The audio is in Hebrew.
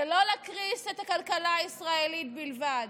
זה לא להקריס את הכלכלה הישראלית בלבד,